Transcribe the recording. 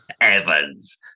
Evans